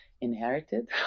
inherited